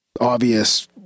obvious